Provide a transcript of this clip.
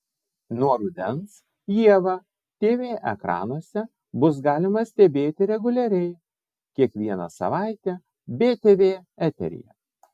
nuo rudens ievą tv ekranuose bus galima stebėti reguliariai kiekvieną savaitę btv eteryje